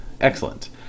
excellent